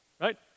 right